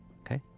Okay